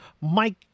Mike